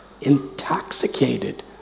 intoxicated